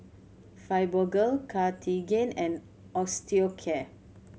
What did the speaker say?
Fibogel Cartigain and Osteocare